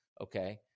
okay